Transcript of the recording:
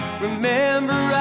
Remember